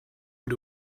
had